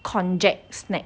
konjac snack